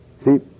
See